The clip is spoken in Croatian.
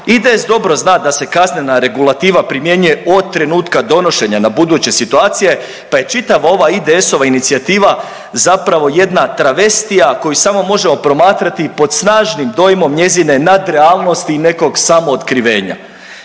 IDS dobro zna da se kaznena regulativa primjenjuje od trenutka donošenja na buduće situacije, pa je čitava ova IDS-ova inicijativa zapravo jedna travestija koju samo možemo promatrati pod snažnim dojmom njezine nadrealnosti i nekog samootkrivenja.